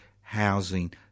housing